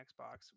xbox